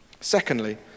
Secondly